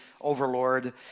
overlord